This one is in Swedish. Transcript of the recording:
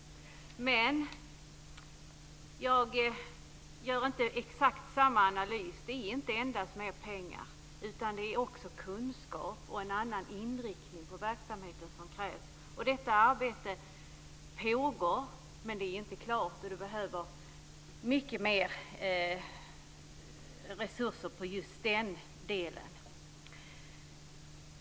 Men jag gör inte exakt samma analys. Det är inte endast pengar utan också kunskap och en annan inriktning på verksamheten som krävs. Detta arbete pågår, men det är inte klart. Mer resurser behövs.